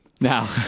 Now